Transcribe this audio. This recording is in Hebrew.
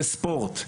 זה ספורט.